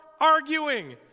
arguing